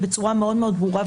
בצורה מאוד ברורה.